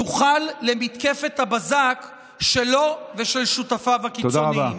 נוכל למתקפת הבזק שלו ושל שותפיו הקיצוניים.